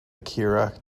akira